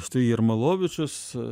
štai jarmalovičius